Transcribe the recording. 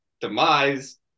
demise